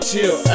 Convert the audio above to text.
Chill